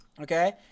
Okay